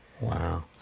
wow